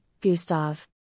Gustav